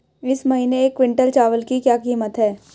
इस महीने एक क्विंटल चावल की क्या कीमत है?